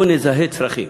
בוא נזהה צרכים.